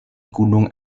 gunung